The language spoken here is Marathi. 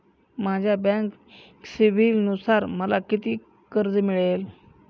माझ्या बँक सिबिलनुसार मला किती कर्ज मिळेल?